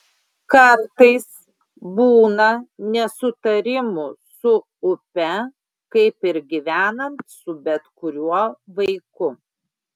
kartais būna nesutarimų su upe kaip ir gyvenant su bet kuriuo vaiku